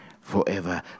forever